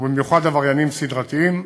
ובמיוחד עבריינים סדרתיים.